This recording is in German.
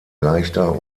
leichter